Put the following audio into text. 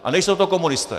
A nejsou to komunisté!